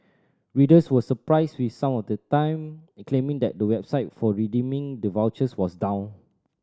readers were surprised with some at the time claiming that the website for redeeming the vouchers was down